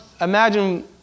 Imagine